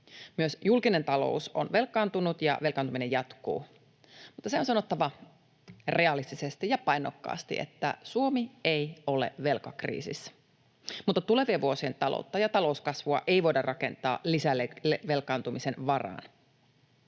Myös julkinen talous on velkaantunut, ja velkaantuminen jatkuu. Mutta se on sanottava realistisesti ja painokkaasti, että Suomi ei ole velkakriisissä. Mutta tulevien vuosien taloutta ja talouskasvua ei voida rakentaa lisävelkaantumisen varaan.